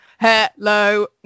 hello